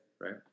right